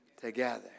together